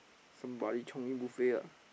somebody chionging buffet ah